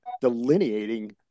delineating